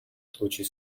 случае